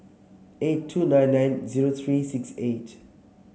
eight two nine nine zero three six eight